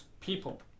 people